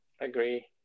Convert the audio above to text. Agree